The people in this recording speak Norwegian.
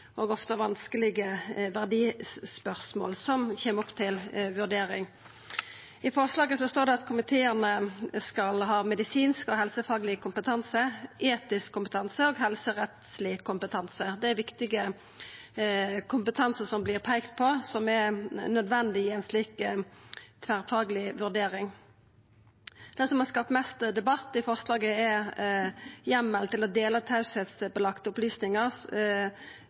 og ofte vanskelege verdispørsmål som kjem opp til vurdering. I forslaget står det at komiteane skal ha medisinsk og helsefagleg kompetanse, etisk kompetanse og helserettsleg kompetanse. Det er viktig kompetanse som vert peikt på, og som er nødvendig i ei slik tverrfagleg vurdering. Det som har skapt mest debatt i forslaget, er heimel til å dela teiebelagde opplysningar